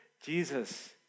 Jesus